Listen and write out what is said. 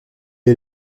est